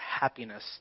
happiness